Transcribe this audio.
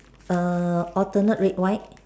err alternate red white